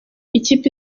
ikipe